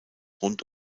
rund